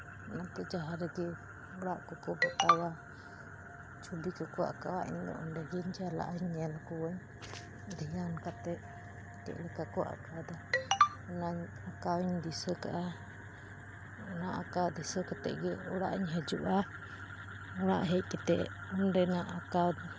ᱚᱱᱟᱛᱮ ᱡᱟᱦᱟᱸ ᱨᱮᱜᱮ ᱚᱲᱟᱜ ᱚᱲᱟᱜ ᱠᱚᱠᱚ ᱯᱚᱛᱟᱣᱟ ᱪᱷᱚᱵᱤ ᱠᱚᱠᱚ ᱟᱸᱠᱟᱣᱟ ᱤᱧ ᱫᱚ ᱚᱸᱰᱮ ᱜᱤᱧ ᱪᱟᱞᱟᱜᱼᱟ ᱧᱮᱞ ᱠᱚᱣᱟᱹᱧ ᱫᱷᱮᱭᱟᱱ ᱠᱟᱛᱮᱫ ᱪᱮᱫ ᱞᱮᱠᱟ ᱠᱚ ᱟᱸᱠᱟᱣ ᱫᱟ ᱚᱱᱟ ᱟᱸᱠᱟᱣᱤᱧ ᱫᱤᱥᱟᱹ ᱠᱟᱜᱼᱟ ᱚᱱᱟ ᱟᱸᱠᱟᱣ ᱫᱤᱥᱟᱹ ᱠᱟᱛᱮᱫ ᱜᱮ ᱚᱲᱟᱜ ᱤᱧ ᱦᱤᱡᱩᱜᱼᱟ ᱚᱲᱟᱜ ᱦᱮᱡ ᱠᱟᱛᱮᱫ ᱚᱸᱰᱮᱱᱟᱜ ᱟᱸᱠᱟᱣ